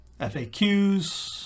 FAQs